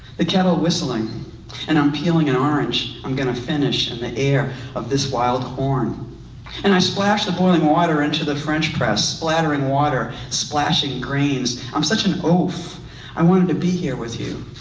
the kettle whistling and i'm peeling an orange i'm gonna finish in the air of this wild horn and i splash the boiling water into the french press splattering water, splashing grains i'm such an oaf i wanted to be here with you.